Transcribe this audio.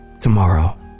tomorrow